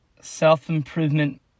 self-improvement